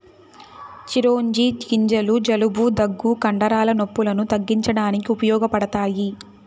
చిరోంజి గింజలు జలుబు, దగ్గు, కండరాల నొప్పులను తగ్గించడానికి ఉపయోగపడతాయి